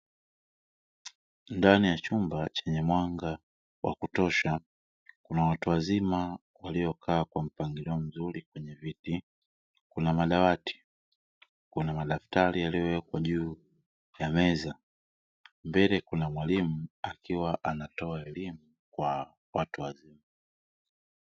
Ndani ya chumba chenye mwanga wa kutosha kuna watu wazima waliokaa kwenye mpangilio mzuri kwenye viti, kuna madawati, kuna madaftari yaliyowekwa juu ya meza, mbele kuna mwalimu akiwa anatoa elimu kwa watu wazima.